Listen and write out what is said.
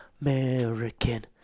American